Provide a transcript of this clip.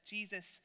Jesus